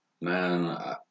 Man